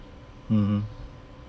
mmhmm